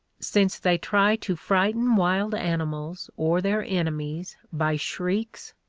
since they try to frighten wild animals or their enemies by shrieks,